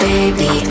Baby